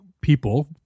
people